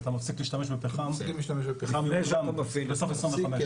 אז אתה מפסיק להשתמש בפחם בסוף 2025. אתה